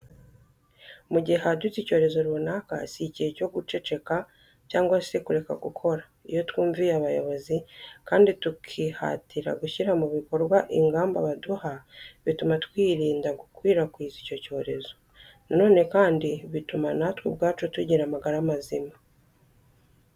Mu gihe hadutse icyorezo runaka, si igihe cyo guceceka cyangwa se kureka gukora. Iyo twumviye abayobozi kandi tukihatira gushyira mu bikorwa ingamba baduha bituma twirinda gukwirakwiza icyo cyorezo. Na none kandi bituma natwe ubwacu tugira amagara mazima.